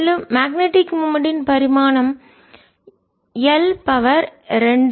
மேலும் magnetic moment ன் பரிமாணம L 2I 1